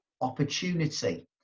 opportunity